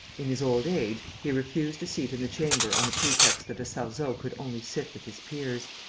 in his old age, he refused a seat in the chamber on the pretext that a sarzeau could only sit with his peers.